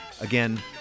again